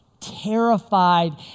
terrified